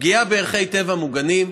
פגיעה בערכי טבע מוגנים,